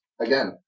again